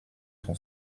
son